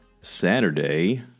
Saturday